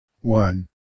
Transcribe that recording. one